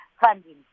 funding